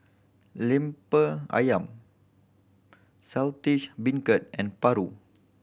Lemper Ayam Saltish Beancurd and paru